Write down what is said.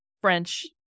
french